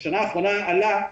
ובשנה האחרונה עלה,